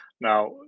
Now